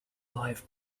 live